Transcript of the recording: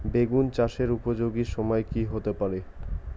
বেগুন চাষের উপযোগী সময় কি হতে পারে?